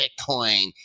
bitcoin